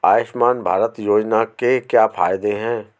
आयुष्मान भारत योजना के क्या फायदे हैं?